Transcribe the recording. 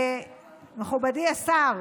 מכובדי השר,